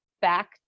back